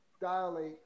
dilate